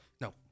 No